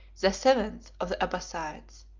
the seventh of the abbassides,